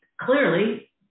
clearly